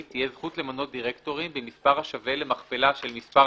תהיה זכות למנות דירקטורים במספר השווה למכפלה של מספר